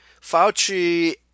Fauci